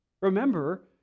Remember